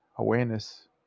Awareness